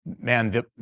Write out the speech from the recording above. man